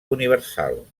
universal